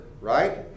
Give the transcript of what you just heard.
right